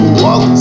walk